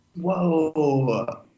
Whoa